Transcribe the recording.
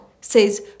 says